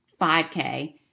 5K